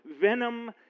venom